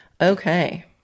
Okay